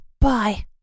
Bye